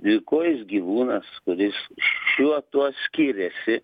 dvikojis gyvūnas kuris šiuo tuo skiriasi